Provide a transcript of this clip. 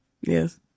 Yes